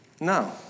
No